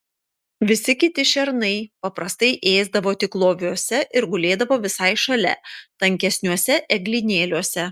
visi kiti šernai paprastai ėsdavo tik loviuose ir gulėdavo visai šalia tankesniuose eglynėliuose